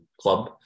club